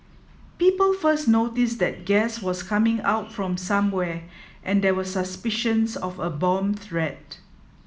people first noticed that gas was coming out from somewhere and there were suspicions of a bomb threat